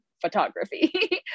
photography